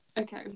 Okay